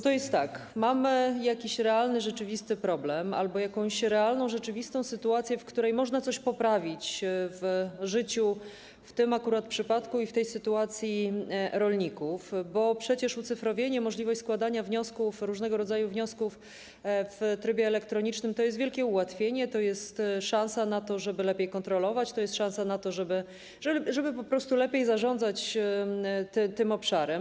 To jest tak, że mamy jakiś realny, rzeczywisty problem albo jakąś realną, rzeczywistą sytuację, w przypadku której można coś poprawić w życiu, w tym akurat przypadku i w tej sytuacji rolników, bo przecież ucyfrowienie, możliwość składania wniosków, różnego rodzaju wniosków w trybie elektronicznym to jest wielkie ułatwienie, to jest szansa na to, żeby lepiej kontrolować, to jest szansa na to, żeby po prostu lepiej zarządzać tym obszarem.